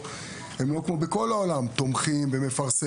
80,000 כי אחד עם רישיון תחרותי שמותר לו לנוע רק